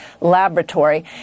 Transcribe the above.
laboratory